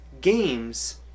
games